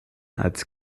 als